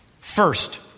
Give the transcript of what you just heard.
First